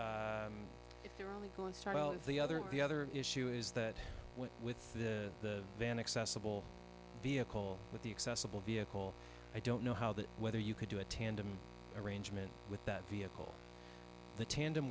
three the other the other issue is that with the van accessible vehicle with the accessible vehicle i don't know how that whether you could do a tandem arrangement with that vehicle the tandem